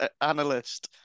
analyst